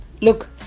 Look